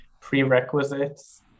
prerequisites